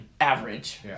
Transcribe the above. Average